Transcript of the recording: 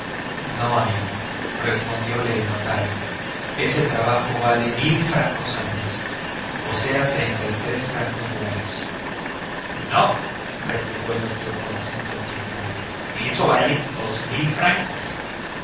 no amigo mío respondiole el notario ese trabajo vale mil francos al mes o sea treinta y tres francos diarios no replicó el doctor con acento autoritario eso vale dos mil francos